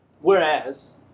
Whereas